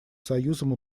союзом